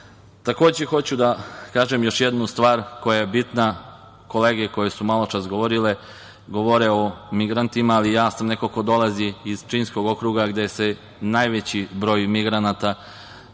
hoću da kažem još jednu stvar koja je bitna, kolege koje su maločas govorile govore o migrantima, ali ja sam neko ko dolazi iz Pčinjskog okruga gde se najveći broj migranata i